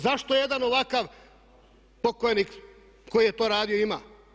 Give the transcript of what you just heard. Zašto jedan ovakav pokojnik koji je to radio ima?